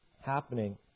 happening